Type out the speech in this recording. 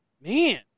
man